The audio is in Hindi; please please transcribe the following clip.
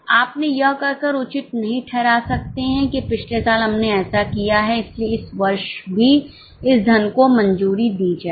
आपने यह कहकर उचित नहीं ठहरा सकते हैं कि पिछले साल हमने ऐसा किया है इसलिए इस वर्ष भी इस धन को मंजूरी दी जाए